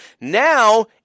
Now